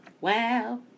Wow